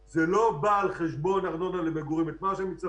אבל הוא בעצמו כעס כאשר הוא ראה שכל המהלך הזה נעשה